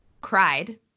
cried